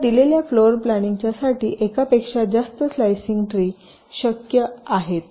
तर दिलेल्या floor planning च्यासाठी एकापेक्षा जास्त स्लाइसिंग ट्री शक्य आहेत